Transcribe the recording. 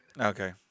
Okay